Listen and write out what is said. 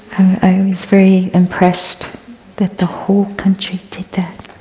i was very impressed that the whole country did that.